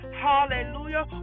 hallelujah